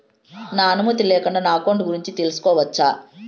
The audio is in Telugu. నా అనుమతి లేకుండా నా అకౌంట్ గురించి తెలుసుకొనొచ్చా?